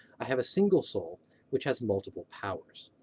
i have a single soul which has multiple powers.